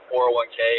401k